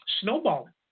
snowballing